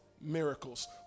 miracles